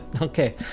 Okay